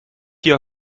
your